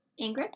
Ingrid